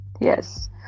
Yes